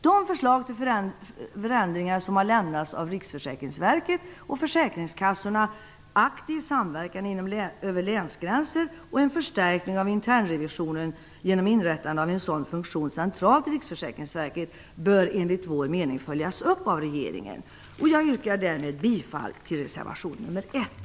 De förslag till förändringar som har lämnats av Riksförsäkringsverket och försäkringskassorna om en aktiv samverkan över länsgränsen och en förstärkning av internrevisionen genom inrättande av en sådan funktion centralt i Riksförsäkringsverket bör enligt vår mening följas upp av regeringen. Jag yrkar därmed bifall till reservation nr 1.